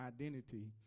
identity